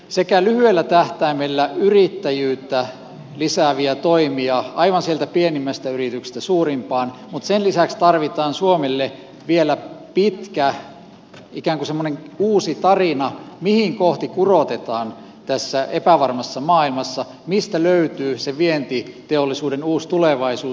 tarvitaan lyhyellä tähtäimellä yrittäjyyttä lisääviä toimia aivan sieltä pienimmästä yrityksestä suurimpaan mutta sen lisäksi tarvitaan suomelle vielä ikään kuin semmoinen pitkä uusi tarina mitä kohti kurotetaan tässä epävarmassa maailmassa mistä löytyy se vientiteollisuuden uusi tulevaisuus